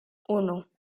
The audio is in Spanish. uno